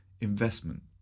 investment